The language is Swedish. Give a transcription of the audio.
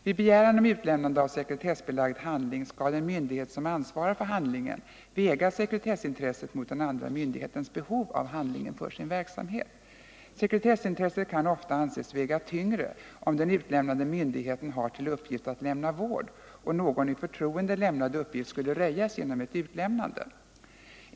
Vid begäran om utlämnande av sekretessbelagd handling skall den myndighet som ansvarar för handlingen väga sekretessintresset mot den andra myndighetens behov av handlingen för sin verksamhet. Sekretessintresset kan ofta anses väga tyngre om den utlämnande myndigheten har till uppgift att lämna vård och någon i förtroende lämnad uppgift skulle röjas genom ett utlämnande.